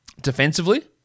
defensively